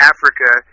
Africa